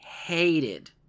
hated